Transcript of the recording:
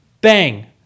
bang